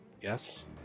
Yes